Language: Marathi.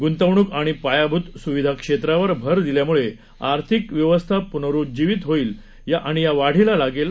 गृंतवणूक आणि पायाभूत सुविधा क्षेत्रावर भर दिल्यामुळे आर्थिक व्यवस्था प्नरुज्जीवित होईल आणि वाढीला लागेल